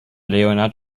leonard